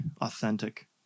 authentic